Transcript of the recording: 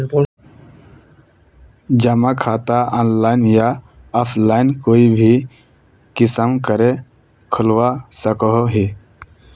जमा खाता ऑनलाइन या ऑफलाइन कोई भी किसम करे खोलवा सकोहो ही?